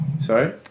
Sorry